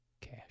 cash